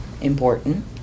important